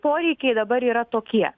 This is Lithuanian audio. poreikiai dabar yra tokie